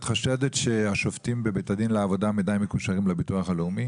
את חושדת שהשופטים בבית הדין לעבודה עדיין מקושרים לביטוח הלאומי?